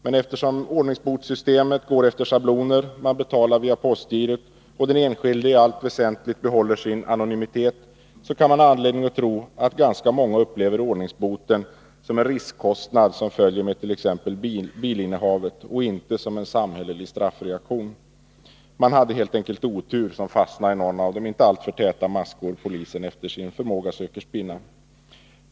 Men eftersom ordningsbotssystemet går efter schabloner — man betalar via postgirot— och den enskilde i allt väsentligt behåller sin anonymitet, kan vi ha anledning att tro att ganska många upplever ordningsboten som en ”riskkostnad” som följer med t.ex. 83 bilinnehavet och inte som en samhällelig straffreaktion. Han hade helt enkelt otur, genom att han fastnade i någon av de icke alltför täta maskor som polisen efter sin förmåga försöker spinna.